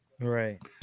Right